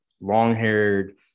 long-haired